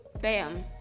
bam